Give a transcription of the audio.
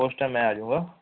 ਉਸ ਟੈਮ ਮੈਂ ਆ ਜੂੰਗਾ